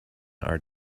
are